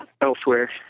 elsewhere